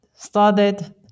Started